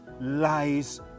lies